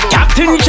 Captain